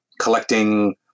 collecting